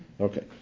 Okay